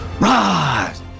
rise